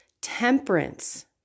temperance